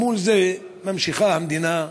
אל מול זה ממשיכה המדינה,